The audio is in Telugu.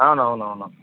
అవునవునవును